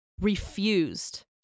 refused